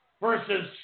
Versus